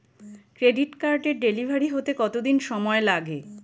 Credit কার্ডের delivery হতে কতদিন সময় লাগে?